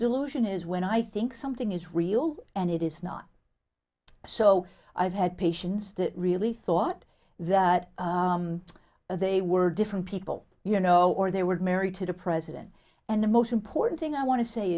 delusion is when i think something is real and it is not so i've had patients that really thought that they were different people you know or they were married to the president and the most important thing i want to say